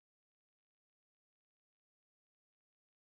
with Adam and uh purple tower with Sue